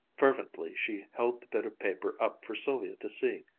fervently she held the bit of paper up for sylvia to see.